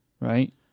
right